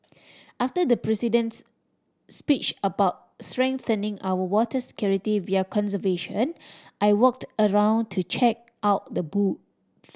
after the President's speech about strengthening our water security via conservation I walked around to check out the booths